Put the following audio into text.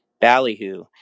Ballyhoo